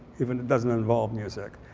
even it doesn't involve music.